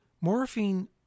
Morphine